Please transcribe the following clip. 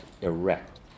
erect